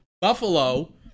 Buffalo